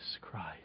Christ